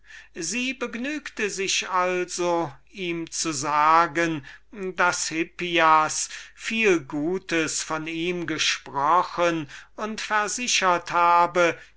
sie begnügte sich also ihm zu sagen daß hippias viel gutes von ihm gesprochen und sie versichert habe